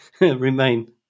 remain